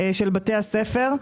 של בתי הספר?